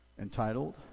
entitled